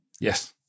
Yes